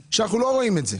ואנחנו לא רואים את זה,